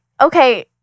okay